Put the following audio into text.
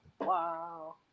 Wow